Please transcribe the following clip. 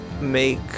make